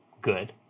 good